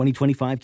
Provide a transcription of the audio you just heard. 2025